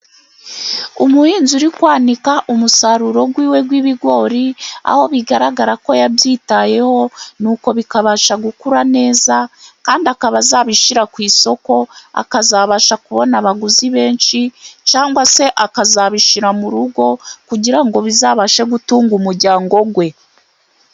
Umuhinzi uri kwanika umusaruro w’iwe w'ibigori, aho bigaragara ko yabyitayeho, ni uko bikabasha gukura neza, kandi akaba azabishyira ku isoko, akazabasha kubona abaguzi benshi, cyangwa se akazabishyira mu rugo, kugira ngo bizabashe gutunga umuryango we.